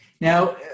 Now